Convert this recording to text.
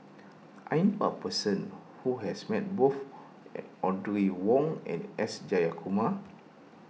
I knew a person who has met both Audrey Wong and S Jayakumar